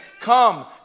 come